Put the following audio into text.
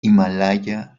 himalaya